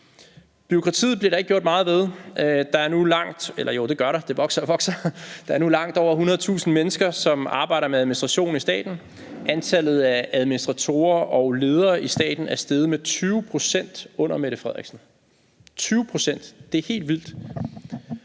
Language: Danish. gør der; det vokser og vokser. Der er nu langt over 100.000 mennesker, som arbejder med administration i staten. Antallet af administratorer og ledere i staten er steget med 20 pct. under statsministeren. 20 pct – det er helt vildt.